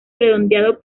redondeado